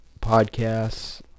podcasts